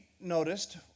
noticed